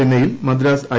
ചെന്നൈയിൽ മദ്രാസ് ഐ